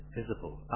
visible